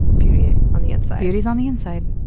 beauty's on the inside. beauty's on the inside.